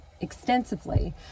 extensively